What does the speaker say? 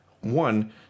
one